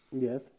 yes